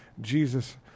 Jesus